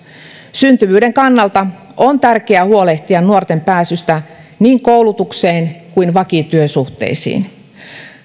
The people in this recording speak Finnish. syntyvyyden kannalta on tärkeää huolehtia nuorten pääsystä niin koulutukseen kuin vakityösuhteisiin